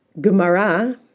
Gemara